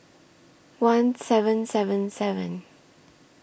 one seven seven seven